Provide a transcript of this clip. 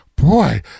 Boy